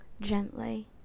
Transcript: gently